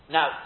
Now